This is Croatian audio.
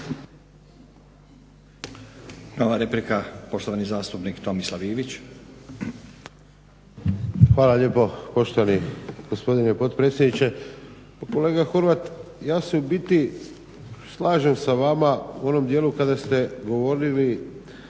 Nova replika, poštovani zastupnik Tomislav Ivić. **Ivić, Tomislav (HDZ)** Hvala lijepo poštovani gospodine potpredsjedniče. Pa kolega Horvat ja se u biti slažem sa vama u onom dijelu kada ste govorili